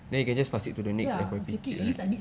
ya exactly at least I need